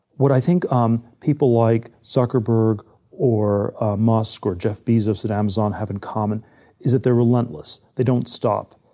what i think um people like zuckerburg or musk or jeff bezos at amazon have in common is that they're relentless. they don't stop.